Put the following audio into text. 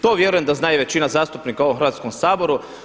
To vjerujem da zna i većina zastupnika u ovom Hrvatskom saboru.